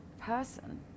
person